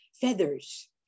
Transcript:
feathers